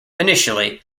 initially